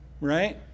right